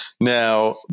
Now